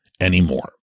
anymore